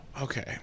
okay